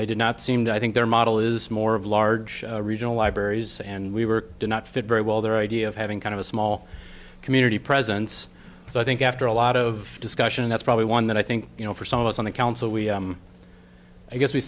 they did not seem to i think their model is more of large regional libraries and we were do not fit very well their idea of having kind of a small community presence so i think after a lot of discussion that's probably one that i think you know for some of us on the council we i guess we